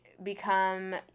become